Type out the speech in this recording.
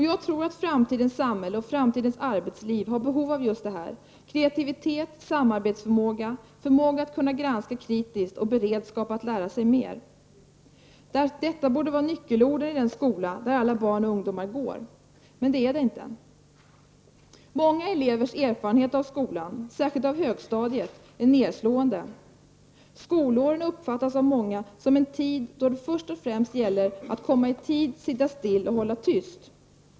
Jag tror att framtidens samhälle och framtidens arbetsliv har behov av just detta; kreativitet, samarbetsförmåga, förmåga att granska kritiskt och beredskap att lära sig mer. Detta borde vara nyckelorden i den skola där alla barn och ungdomar går, men det är det inte. Många elevers erfarenheter av skolan, särskilt av högstadiet, är nedslående. Skolåren uppfattas av många som en tid då det först och främst gällde att komma i tid, sitta still och hålla tyst.